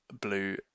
blue